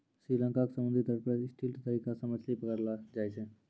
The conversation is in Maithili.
श्री लंका के समुद्री तट पर स्टिल्ट तरीका सॅ मछली पकड़लो जाय छै